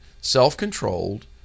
self-controlled